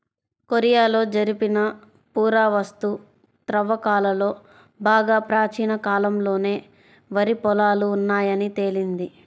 కొరియాలో జరిపిన పురావస్తు త్రవ్వకాలలో బాగా ప్రాచీన కాలంలోనే వరి పొలాలు ఉన్నాయని తేలింది